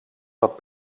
dat